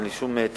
אין לי שום טענה,